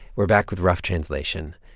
we're back with rough translation.